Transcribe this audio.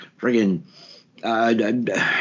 friggin